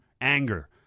anger